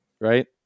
Right